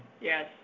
yes